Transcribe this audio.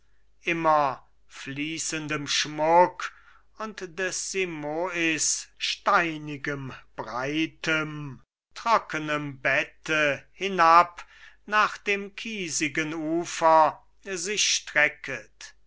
immer fließendem schmuck und des simois steinigem breitem trockenem bette hinab nach dem kiesigen ufer sich strecket